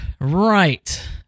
Right